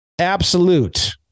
Absolute